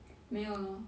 没有 lor